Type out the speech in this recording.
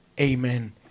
Amen